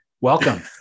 Welcome